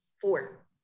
Four